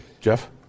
Jeff